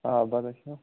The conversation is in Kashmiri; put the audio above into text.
آ بَتے کھیٚو